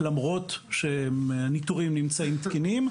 למרות שהניטור נמצא תקין.